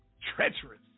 Treacherous